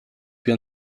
più